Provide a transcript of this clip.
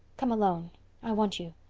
come alone i want you.